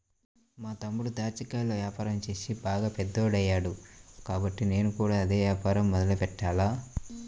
మా తమ్ముడు దాచ్చా కాయల యాపారం చేసి బాగా పెద్దోడయ్యాడు కాబట్టి నేను కూడా అదే యాపారం మొదలెట్టాల